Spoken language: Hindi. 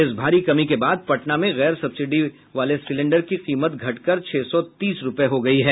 इस भारी कमी के बाद पटना में गैर सब्सिडी वाले सिलेंडर की कीमत घटकर छह सौ तीस रूपये हो गयी है